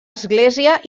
església